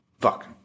Fuck